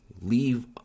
leave